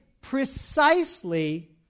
precisely